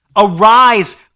Arise